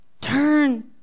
Turn